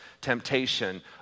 temptation